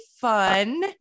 fun